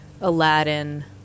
Aladdin